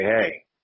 hey